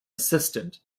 assistant